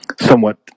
somewhat